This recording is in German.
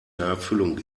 erfüllung